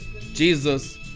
Jesus